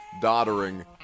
doddering